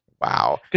Wow